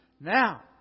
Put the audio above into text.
Now